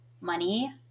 money